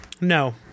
No